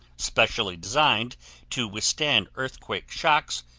specially designed to withstand earthquake shocks,